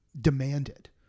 demanded